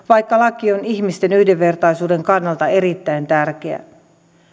vaikka laki on ihmisten yhdenvertaisuuden kannalta erittäin tärkeä